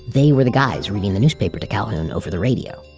they were the guys reading the newspaper to calhoon over the radio.